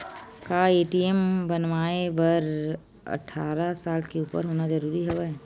का ए.टी.एम बनवाय बर अट्ठारह साल के उपर होना जरूरी हवय?